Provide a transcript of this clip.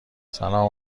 سلام